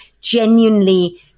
genuinely